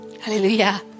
Hallelujah